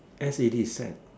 as a deceit